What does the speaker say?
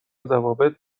ضوابط